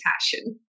passion